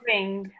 Ring